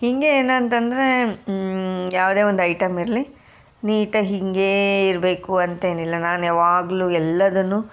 ಹೀಗೆ ಏನಂತಂದರೆ ಯಾವುದೇ ಒಂದು ಐಟಮ್ ಇರಲಿ ನೀಟಾಗಿ ಹೀಗೇ ಇರಬೇಕು ಅಂತೇನಿಲ್ಲ ನಾನು ಯಾವಾಗಲೂ ಎಲ್ಲವನ್ನು